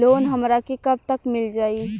Loan हमरा के कब तक मिल जाई?